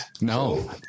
No